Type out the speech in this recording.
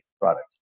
products